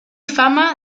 fama